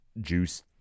juice